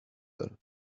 دارم